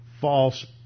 false